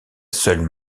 seule